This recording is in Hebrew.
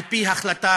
על-פי החלטת